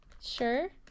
Sure